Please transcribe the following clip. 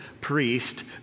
priest